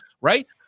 right